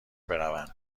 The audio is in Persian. بروند